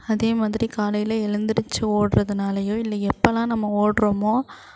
அதே மாதிரி காலையில் எழுந்திரிச்சி ஓடுறதுனாலயோ இல்லை எப்போலாம் நம்ம ஓடுறோமோ